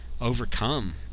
overcome